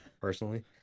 personally